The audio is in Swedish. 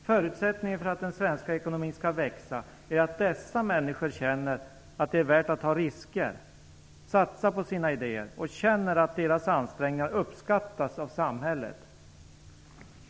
Förutsättningen för att den svenska ekonomin skall växa är att sådana människor känner att det är värt att ta risker, satsa på sina idéer, och känner att deras ansträngningar uppskattas av samhället.